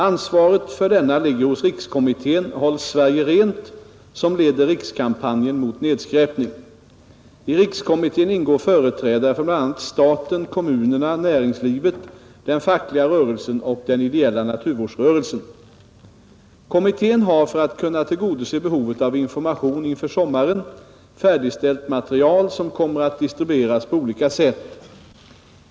Ansvaret för denna ligger hos Rikskommittén Håll Sverige rent, som leder rikskampanjen mot nedskräpning. I rikskommittén ingår företrädare för bla. staten, kommunerna, näringslivet, den fackliga rörelsen och den ideella naturvårdsrörelsen. Kommittén har för att kunna tillgodose behovet av information inför sommaren färdigställt material som kommer att distribueras på olika sätt.